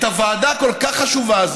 את הוועדה החשובה כל כך הזאת,